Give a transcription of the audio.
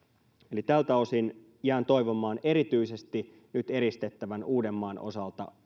eli tältä osin jään toivomaan hallitukselta kiireellisiä toimia erityisesti nyt eristettävän uudenmaan osalta